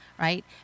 right